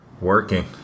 Working